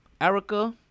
Erica